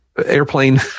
Airplane